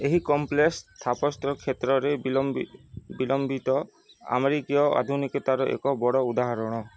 ଏହି କମ୍ପ୍ଲେକ୍ସ ସ୍ଥାପତ୍ୟ କ୍ଷେତ୍ରରେ ବିଲମ୍ବ ବିଲମ୍ବିତ ଆମେରିକୀୟ ଆଧୁନିକତାର ଏକ ବଡ଼ ଉଦାହରଣ